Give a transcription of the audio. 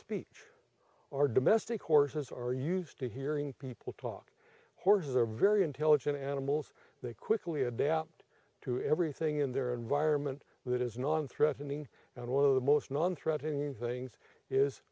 speech are domestic horses are used to hearing people talk horses are very intelligent animals they quickly adapt to everything in their environment that is non threatening and one of the most non threatening things is